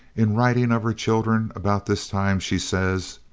in writing of her children, about this time, she says